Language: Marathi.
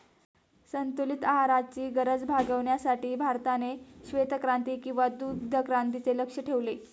संतुलित आहाराची गरज भागविण्यासाठी भारताने श्वेतक्रांती किंवा दुग्धक्रांतीचे लक्ष्य ठेवले